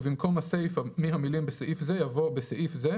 ובמקום הסיפה מהמילים "בסעיף זה" יבוא "בסעיף זה,